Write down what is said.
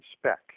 spec